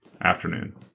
afternoon